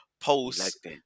post